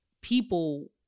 people